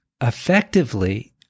effectively